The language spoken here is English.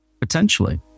Potentially